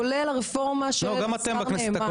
כולל הרפורמה של השר נאמן.